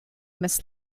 must